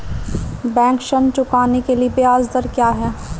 Bank ऋण चुकाने के लिए ब्याज दर क्या है?